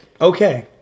Okay